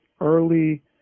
early